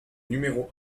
numéro